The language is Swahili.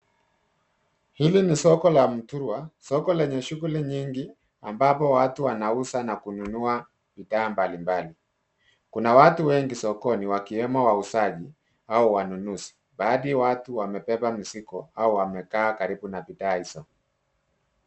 Hili ni soko la Muthurwa. Soko lenye shughuli nyingi ambapo watu wanauza na kununua bidhaa mbalimbali. Kuna watu wengi sokoni wakiwemo wauzaji au wanunuzi. Baadhi ya watu wamebeba mizigo au wamekaa karibu na bidhaa hizo.